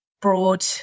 broad